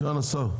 סגן השר.